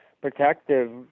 protective